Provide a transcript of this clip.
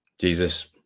Jesus